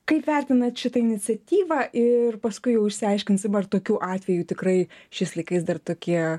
kaip vertinat šitą iniciatyvą ir paskui jau išsiaiškinsim ar tokių atvejų tikrai šiais laikais dar tokie